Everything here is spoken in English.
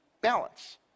balance